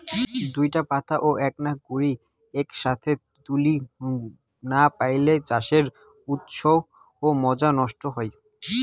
দুইটা পাতা ও এ্যাকনা কুড়ি এ্যাকসথে তুলির না পাইলে চায়ের উৎকর্ষ ও মজা নষ্ট হই